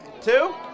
two